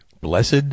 Blessed